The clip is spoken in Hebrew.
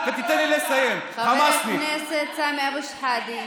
------ חבר הכנסת סמי אבו שחאדה.